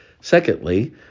Secondly